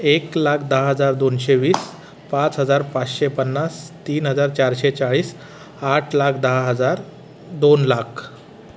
एक लाख दहा हजार दोनशे वीस पाच हजार पाचशे पन्नास तीन हजार चारशे चाळीस आठ लाख दहा हजार दोन लाख